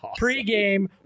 Pregame